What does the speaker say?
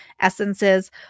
essences